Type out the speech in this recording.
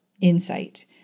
insight